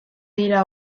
dira